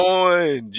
on